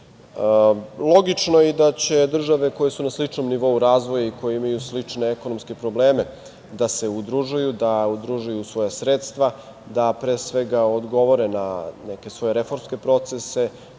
je i da će države koje su na sličnom nivou razvoja i koje imaju slične ekonomske probleme da se udružuju, da udružuju svoja sredstva, da pre svega odgovore na neke svoje reformske procese